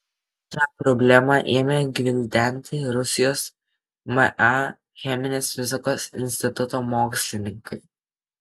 šią problemą ėmė gvildenti rusijos ma cheminės fizikos instituto mokslininkai